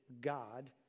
God